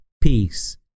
Peace